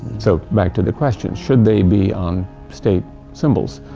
so back to the question, should they be on state symbols?